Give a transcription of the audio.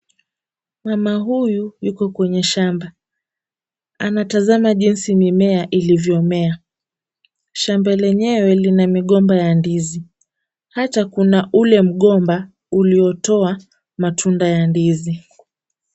Mama huyu yuko kwenye shamba. Anatazama jinsi mimea ilivyomea. Shamba lenyewe lina migomba ya ndizi, hata kuna ule mgomba uliotoa matunda ya ndizi.